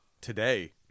today